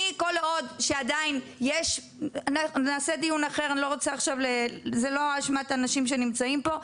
נעשה דיון אחר, זה לא אשמת האנשים שנמצאים פה.